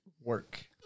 work